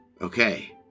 Okay